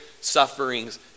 sufferings